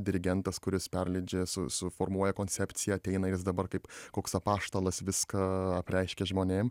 dirigentas kuris perleidžia su suformuoja koncepciją ateina jis dabar kaip koks apaštalas viską apreiškia žmonėm